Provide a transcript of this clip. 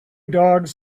dogs